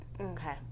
Okay